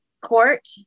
court